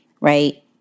right